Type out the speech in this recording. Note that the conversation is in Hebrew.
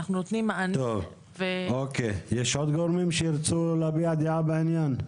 יש עוד גורמים שירצו להביע דעה בעניין?